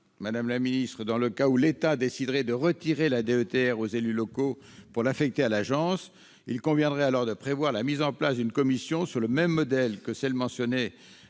madame la ministre, dans le cas où l'État déciderait de retirer la DETR aux élus locaux pour l'affecter à l'agence, il conviendrait de prévoir la mise en place d'une commission sur le même modèle que celle qui est